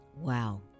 Wow